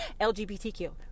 LGBTQ